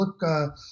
look